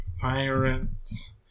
Pirates